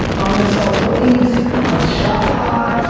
i'm gonna sell hoodies on shopify.